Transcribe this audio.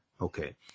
Okay